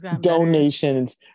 donations